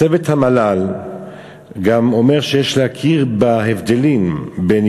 צוות המל"ל גם אומר שיש להכיר בהבדלים בין